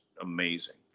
amazing